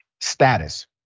status